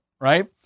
right